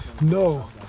no